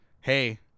Hey